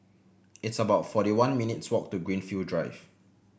it's about forty one minutes' walk to Greenfield Drive